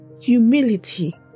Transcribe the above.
Humility